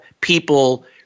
people